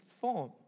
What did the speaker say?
form